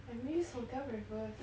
I miss hotel breakfast